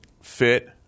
fit